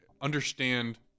understand